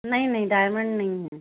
नहीं नहीं डायमंड नहीं है